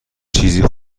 چیزی